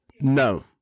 no